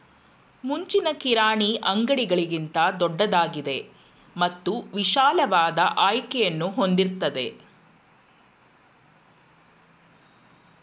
ಮುಂಚಿನ ಕಿರಾಣಿ ಅಂಗಡಿಗಳಿಗಿಂತ ದೊಡ್ದಾಗಿದೆ ಮತ್ತು ವಿಶಾಲವಾದ ಆಯ್ಕೆಯನ್ನು ಹೊಂದಿರ್ತದೆ